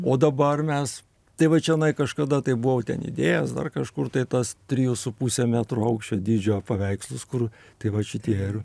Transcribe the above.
o dabar mes tai va čionai kažkada tai buvau ten įdėjęs dar kažkur tai tas trijų su puse metrų aukščio dydžio paveikslus kur tai vat šitie ir